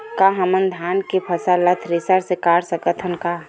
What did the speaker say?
का हमन धान के फसल ला थ्रेसर से काट सकथन का?